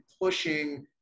pushing